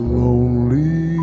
lonely